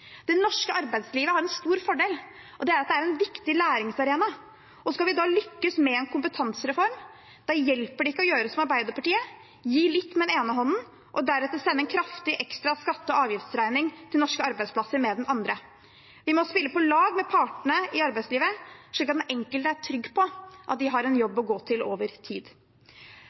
Det norske arbeidslivet har en stor fordel, og det er at det er en viktig læringsarena. Skal vi da lykkes med en kompetansereform, hjelper det ikke å gjøre som Arbeiderpartiet: gi litt med den ene hånden og deretter sende en kraftig ekstra skatte- og avgiftsregning til norske arbeidsplasser med den andre. Vi må spille på lag med partene i arbeidslivet, slik at den enkelte er trygg på at de har en jobb å gå til over tid.